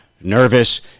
nervous